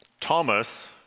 Thomas